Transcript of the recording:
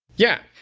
yeah.